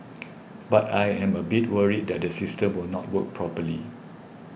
but I am a bit worried that the system will not work properly